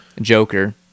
joker